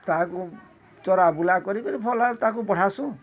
ତାହାକୁ ଚରା ବୁଲା କରି କିରି ଭଲରେ ତାକୁ ବଢାସୁଁ